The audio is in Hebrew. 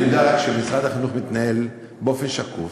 אני יודע רק שמשרד החינוך מתנהל באופן שקוף,